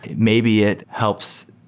maybe it helps.